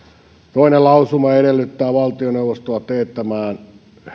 toinen lausuma edellyttää valtioneuvostoa teettämään